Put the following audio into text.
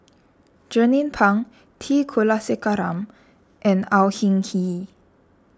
Jernnine Pang T Kulasekaram and Au Hing Yee